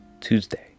Tuesday